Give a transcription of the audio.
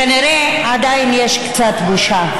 כנראה עדיין יש קצת בושה.